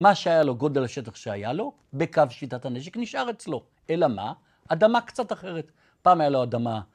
מה שהיה לו, גודל השטח שהיה לו, בקו שיטת הנשק נשאר אצלו, אלא מה? אדמה קצת אחרת. פעם היה לו אדמה.